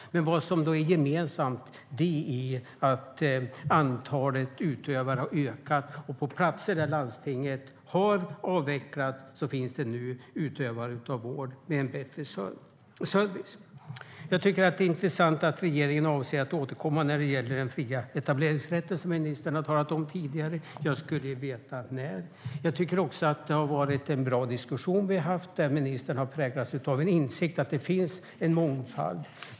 Vad som är gemensamt är att antalet utövare har ökat. På platser där landstinget har avvecklat finns det nu utövare av vård med en bättre service. Det är intressant att regeringen avser att återkomma när det gäller den fria etableringsrätten, som ministern har talat om tidigare. Jag skulle vilja veta när. Det har varit en bra diskussion vi har haft. Ministern har präglats av en insikt om att det finns en mångfald.